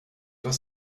was